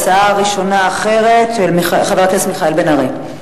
הצעה ראשונה אחרת של חבר הכנסת מיכאל בן-ארי.